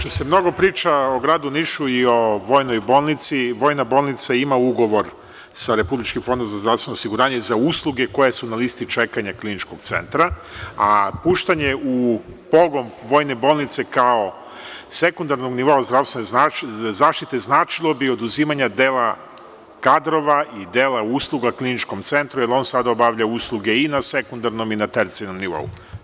Pošto se mnogo priča o gradu Nišu i o Vojnoj bolnici, Vojna bolnica ima ugovor sa RFZO-om za usluge koje su na listi čekanja Kliničkog centra, a puštanje u pogon Vojne bolnice, kao sekundarnog nivoa zdravstvene zaštite, značilo bi oduzimanje dela kadrova i dela usluga Kliničkom centru jer on sada obavlja usluge i na sekundarnom i na tercijalnom nivou.